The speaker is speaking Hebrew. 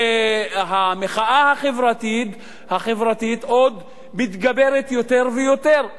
והמחאה החברתית מתגברת יותר ויותר,